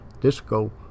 Disco